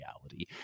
reality